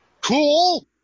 cool